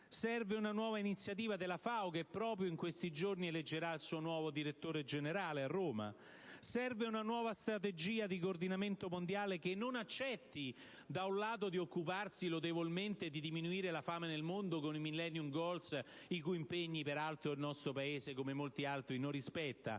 serve una nuova iniziativa della FAO, che proprio in questi giorni eleggerà il suo nuovo direttore generale, a Roma. Serve una nuova strategia di coordinamento mondiale che non accetti di occuparsi, lodevolmente, di diminuire la fame nel mondo con i *Millennium goals* (i cui impegni peraltro il nostro Paese, come molti altri, non rispetta)